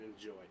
enjoy